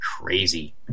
crazy